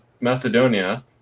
Macedonia